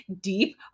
deep